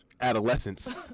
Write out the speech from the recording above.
adolescence